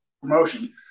promotion